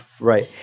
Right